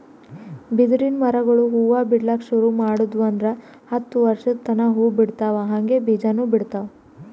ಬಿದಿರಿನ್ ಮರಗೊಳ್ ಹೂವಾ ಬಿಡ್ಲಕ್ ಶುರು ಮಾಡುದ್ವು ಅಂದ್ರ ಹತ್ತ್ ವರ್ಶದ್ ತನಾ ಹೂವಾ ಬಿಡ್ತಾವ್ ಹಂಗೆ ಬೀಜಾನೂ ಬಿಡ್ತಾವ್